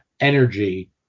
energy